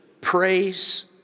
praise